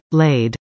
laid